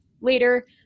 later